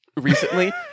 recently